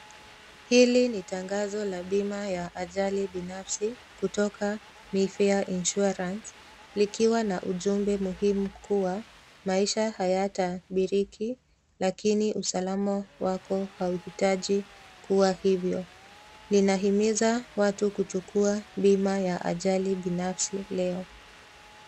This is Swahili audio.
Hili ni tangazo la bima ya ajali binafsi kutoka MAYFAIR INSURANCE likiwa na ujumbe muhimu kuwa maisha hayatabiriki lakini usalama wako hauhitaji kuwa hivyo. Linahimiza watu kuchukua bima ya ajali binafsi leo.